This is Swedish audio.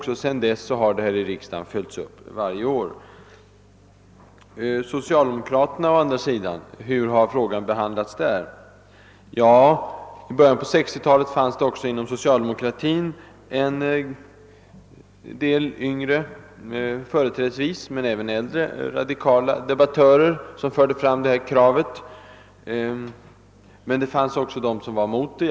Sedan dess har frågan följts upp i riksdagen varje år. Men hur har å andra sidan frågan behandlats av socialdemokraterna? I början av 1960-talet fanns också inom socialdemokratin en del företrädesvis yngre men även äldre radikaler som förde fram det här kravet. Men det fanns även socialdemokrater som var emot det.